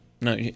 No